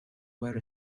very